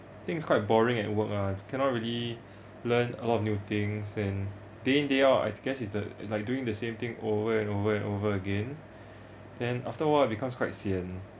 think is quite boring and work ah cannot really learn a lot of new things and day in day out I guess it's the like doing the same thing over and over and over again then after awhile becomes quite sian